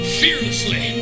fearlessly